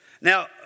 Now